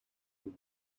mode